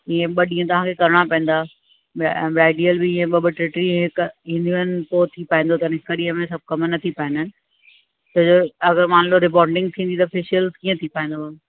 इअं ॿ ॾींहं तव्हांखे करिणा पवंदा ब ब्राइडियल बि ॿ ॿ टे ॾींहं हिकु ईंदियूं आहिनि पोइ थी पाईंदो अथनि हिकु ॾींहं में सभु कमु न थी पाईंदा आहिनि त ज अगरि मान लो रोबोंडिंग थींदी त फ़ैशियल कीअं थी पाईंदो